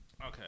okay